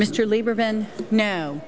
mr lieberman no